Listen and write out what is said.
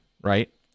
right